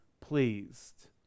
pleased